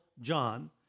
John